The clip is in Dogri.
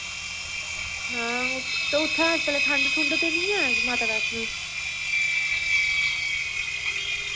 हां उत ते उत्थै इस बेल्लै ठंड ठुंड ते नी ऐ माता वैश्णो